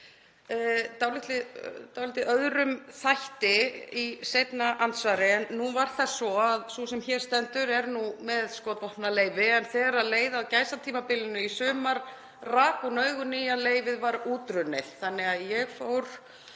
dálítið öðrum þætti í seinna andsvari. Nú er það svo að sú sem hér stendur er með skotvopnaleyfi en þegar leið að gæsatímabilinu í sumar rak hún augu í að leyfið var útrunnið. Þannig að ég fór